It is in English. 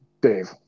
Dave